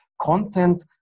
content